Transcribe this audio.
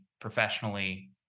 professionally